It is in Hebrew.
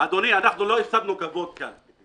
אדוני, אנחנו לא הפסדנו כבוד כאן.